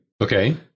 Okay